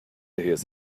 hears